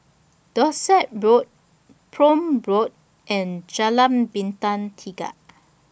Dorset Road Prome Road and Jalan Bintang Tiga